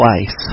twice